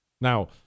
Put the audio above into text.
Now